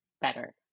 better